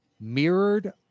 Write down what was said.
mirrored